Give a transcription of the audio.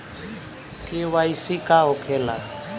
KYC का होखेला?